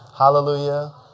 Hallelujah